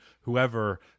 whoever